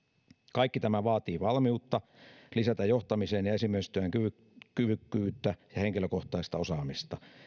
kaikki tämä vaatii valmiutta lisätä johtamisen ja esimiestyön kyvykkyyttä kyvykkyyttä ja henkilökohtaista osaamista